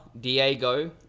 diego